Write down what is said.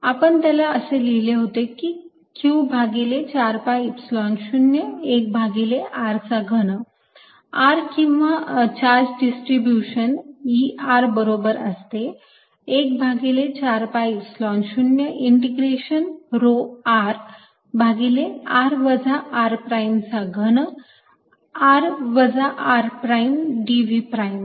आपण त्याला असे लिहिले होते की q भागिले 4 pi Epsilon 0 1 भागिले r चा घन r किंवा चार्ज डिस्ट्रीब्यूशन E बरोबर असते 1 भागिले 4 pi Epsilon 0 integration rho r भागिले r वजा r प्राइमचा घन r वजा r प्राइम dv प्राइम